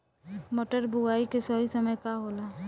मटर बुआई के सही समय का होला?